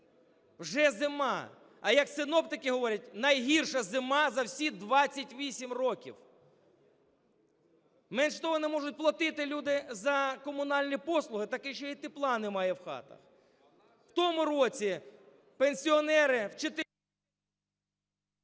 Вже зима, а як синоптики говорят, найгірша зима за всі 28 років. Менше того, не можуть платити люди за комунальні послуги, так ще й тепла немає в хатах. В тому році пенсіонери...